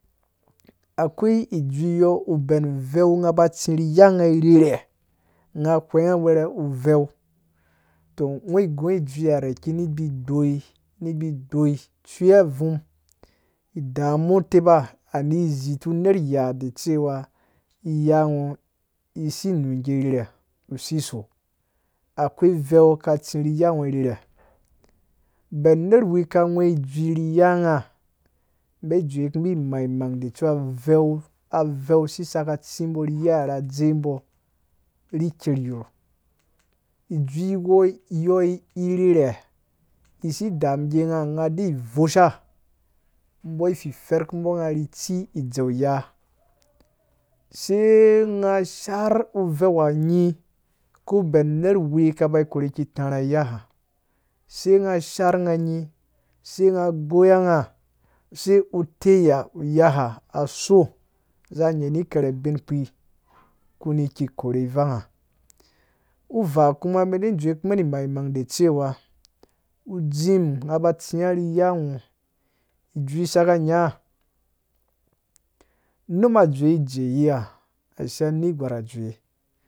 Akoyi ijui yɔɔ uben uveu nghabo tsi rhi ya ngha rhere ngha gwhen ngha uwere awu veu to ngho gũ ijui re kini gbigboi ni gbigboi tsuya avum damu teba ani ziti ner ya cewa iya ngho isi nũgu irhere sisok akoyi oveu ka tsi rhe ya ngho rhere ben unerwa ka gween isui rhi ya ngha bei zowu kũbi maimang da cewa uveu aveu si saka tsibo ri ya ra dzebo rhi ker yar ijui yɔɔ rhere isi damunger ngha ngha a vosha bo fiferkũ mbo ngha ritsi dzeu ya sei nga shaar uveu ha nyi ko ben nerwi kaba korhe ki tãrhã ni ya ha sai ngha shaar ngha nyi saingha boye ngha sai uteya ya ha so za nyeni kare bin kpi kuni ki korhe ri vanha. uvaa kuma men be dzewu kuma maimang da cewa u dzim ngha ba tsiya ri ya ngho ijui saka nya numa dzewe ijee yiya a shiya nengwar dzowe